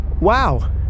Wow